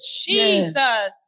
Jesus